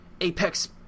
Apex